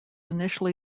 initially